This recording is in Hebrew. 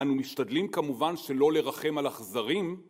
אנו משתדלים כמובן שלא לרחם על אכזרים.